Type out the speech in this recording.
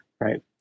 right